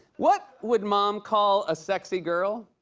what would mom call a sexy girl?